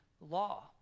law